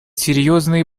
серьезные